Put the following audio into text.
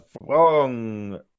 wrong